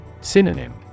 Synonym